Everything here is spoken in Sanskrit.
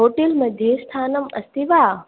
होटेल् मध्ये स्थानम् अस्ति वा